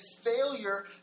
failure